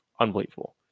unbelievable